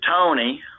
Tony